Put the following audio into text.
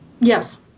Yes